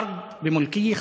(אומר בערבית: אדמה בבעלות פרטית,)